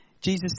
Jesus